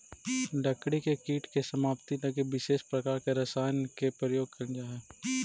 लकड़ी के कीट के समाप्ति लगी विशेष प्रकार के रसायन के प्रयोग कैल जा हइ